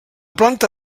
planta